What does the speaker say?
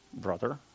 brother